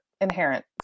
inherent